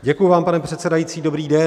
Děkuji vám, pane předsedající, dobrý den.